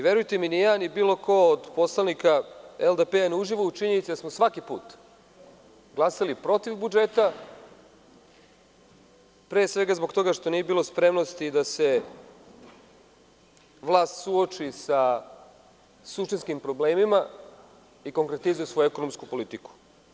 Verujte mi, ni ja, ni bilo ko od poslanika LDP ne uživa u činjenici da smo svaki put glasali protiv budžeta, pre svega zbog toga što nije bilo spremnosti da se vlast suoči sa suštinskim problemima i konkretizuje svoju ekonomsku politiku.